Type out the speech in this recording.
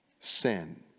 sin